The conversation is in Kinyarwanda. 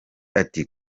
ati